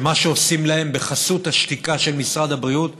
שמה שעושים להם בחסות השתיקה של משרד הבריאות,